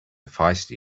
feisty